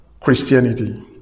Christianity